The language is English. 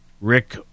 Rick